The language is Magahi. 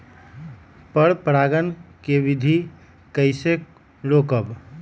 पर परागण केबिधी कईसे रोकब?